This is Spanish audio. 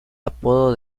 apodo